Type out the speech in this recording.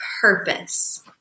purpose